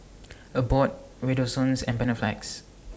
Abbott Redoxon and Panaflex